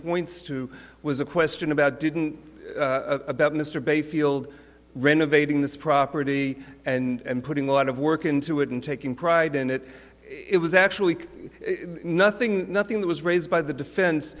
points to was a question about didn't about mr bayfield renovating this property and putting a lot of work into it and taking pride in it it was actually nothing nothing that was raised by the defense